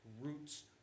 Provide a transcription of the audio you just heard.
Roots